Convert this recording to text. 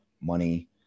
money